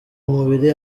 mubiri